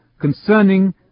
concerning